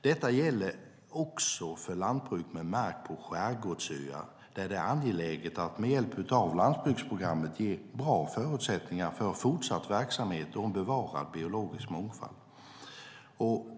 Detta gäller också för lantbruk med mark på skärgårdsöar, där det är angeläget att med hjälp av landsbygdsprogrammet ge bra förutsättningar för fortsatt verksamhet och en bevarad biologisk mångfald.